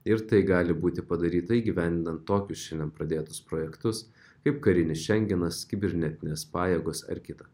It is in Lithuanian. ir tai gali būti padaryta įgyvendinant tokius šiandien pradėtus projektus kaip karinis šengenas kibernetinės pajėgos ar kita